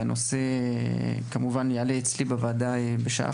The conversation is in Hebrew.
והנושא כמובן יעלה אצלי בוועדה בשעה